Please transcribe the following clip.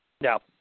No